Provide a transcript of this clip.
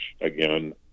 again